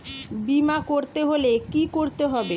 বিমা করতে হলে কি করতে হবে?